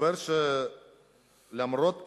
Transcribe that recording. מסתבר שלמרות הלחץ,